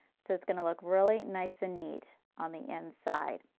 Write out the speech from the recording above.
so it's going to look really nice and neat on the inside.